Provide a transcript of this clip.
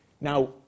Now